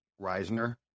Reisner